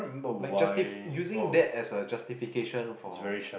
like justif~ using that as a justification for